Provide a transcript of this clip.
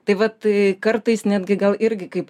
tai va tai kartais netgi gal irgi kaip